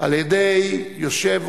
אני מודה לך, כי אני יודע להבחין ולהכיר.